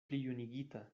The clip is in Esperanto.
plijunigita